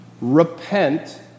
Repent